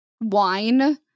wine